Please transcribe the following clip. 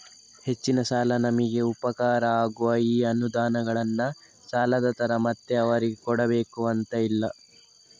ಹೆಚ್ಚಿನ ಸಲ ನಮಿಗೆ ಉಪಕಾರ ಆಗುವ ಈ ಅನುದಾನಗಳನ್ನ ಸಾಲದ ತರ ಮತ್ತೆ ಅವರಿಗೆ ಕೊಡಬೇಕು ಅಂತ ಇಲ್ಲ